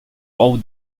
all